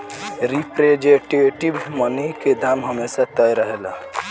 representative money के दाम हमेशा तय रहेला